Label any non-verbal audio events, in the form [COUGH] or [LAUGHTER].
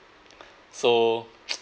[BREATH] so [NOISE]